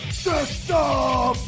system